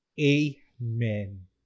Amen